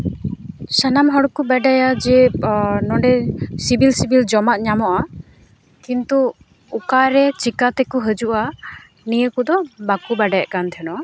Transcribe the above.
ᱥᱟᱱᱟᱢ ᱦᱚᱲ ᱠᱚ ᱵᱟᱰᱟᱭ ᱡᱮ ᱱᱚᱰᱮ ᱥᱤᱵᱤᱞ ᱥᱤᱵᱤᱞ ᱡᱚᱢᱟᱜ ᱧᱟᱢᱚᱜᱼᱟ ᱠᱤᱱᱛᱩ ᱚᱠᱟᱨᱮ ᱪᱮᱠᱟᱛᱮᱠᱚ ᱦᱟᱹᱡᱩᱜᱼᱟ ᱱᱤᱭᱟᱹ ᱠᱚᱫᱚ ᱵᱟᱠᱚ ᱵᱟᱰᱟᱭᱮᱫ ᱠᱟᱱ ᱛᱟᱦᱮᱱᱚᱜᱼᱟ